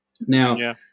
Now